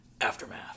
Aftermath